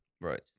Right